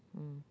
mm